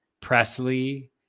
Presley